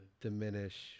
diminish